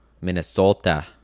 Minnesota